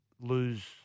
lose